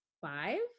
five